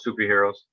superheroes